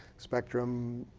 spectrum,